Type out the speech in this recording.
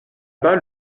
bas